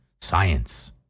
Science